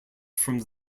from